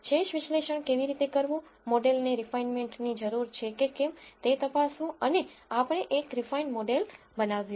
શેષ વિશ્લેષણ કેવી રીતે કરવું મોડેલને રિફાઇનમેન્ટની જરૂર છે કે કેમ તે તપાસવું અને આપણે એક રિફાઈન્ડ મોડેલ બનાવ્યું